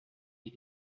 des